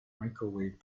microwave